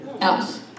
else